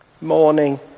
morning